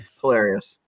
hilarious